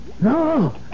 No